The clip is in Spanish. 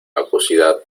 acuosidad